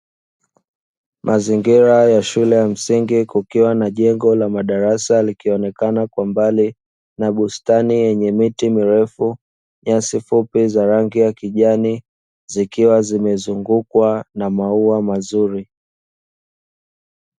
Mazingira ya shule ya msingi kukiwa na jengo la madarasa likionekana kwa mbali na bustani yenye miti mirefu, nyasi fupi za rangi ya kijani zikiwa zimezungukwa na maua mazuri.